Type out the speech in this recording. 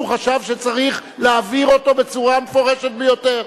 והוא חשב שצריך להבהיר אותו בצורה המפורשת ביותר.